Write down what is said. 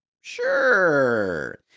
Sure